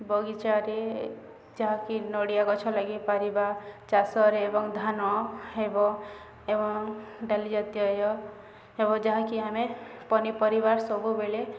ବଗିଚାରେ ଯାହାକି ନଡ଼ିଆ ଗଛ ଲାଗିପାରିବା ଚାଷରେ ଏବଂ ଧାନ ହେବ ଏବଂ ଡ଼ାଲି ଜାତିୟ ହେବ ଯାହାକି ଆମେ ପନିପରିବାର ସବୁବେଳେ